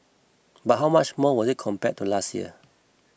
but how much more was it compared to last year